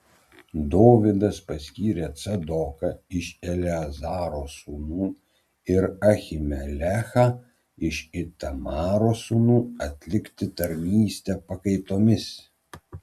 dovydas paskyrė cadoką iš eleazaro sūnų ir ahimelechą iš itamaro sūnų atlikti tarnystę pakaitomis